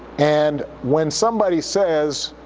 and when somebody says,